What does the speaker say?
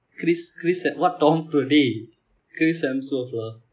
chris chris what tom cru~ dey chris hemsworth lah